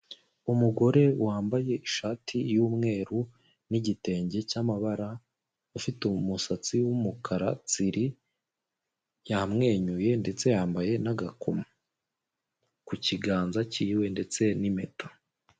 Umugore wambaye ishati y'umweru n'igitenge cy'amabara, ufite umusatsi w'umukara tsiri yamwenyuye ndetse yambaye n'agakomo kukiganza cy'iwe ndetse n'impeta.